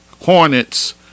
Hornets